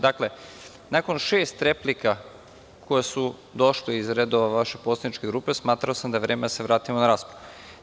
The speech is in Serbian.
Dakle, nakon šest replika, koje su došle iz redova vaše poslaničke grupe, smatrao sam da je vreme da se vratimo na raspravu.